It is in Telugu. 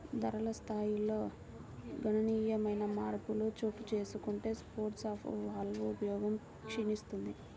ధరల స్థాయిల్లో గణనీయమైన మార్పులు చోటుచేసుకుంటే స్టోర్ ఆఫ్ వాల్వ్ ఉపయోగం క్షీణిస్తుంది